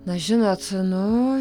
na žinot nuu